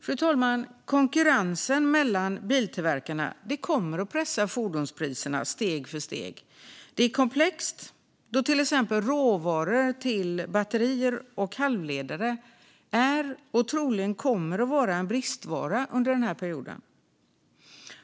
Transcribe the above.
Fru talman! Konkurrensen mellan biltillverkarna kommer att pressa fordonspriserna steg för steg. Det är komplext, då till exempel råvaror till batterier och halvledare är och troligen kommer att vara en bristvara under perioden.